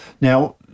Now